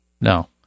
No